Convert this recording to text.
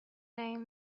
name